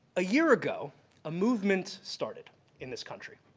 a year ago a movement started in this country.